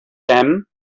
them